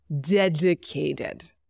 dedicated